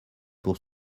pour